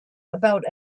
about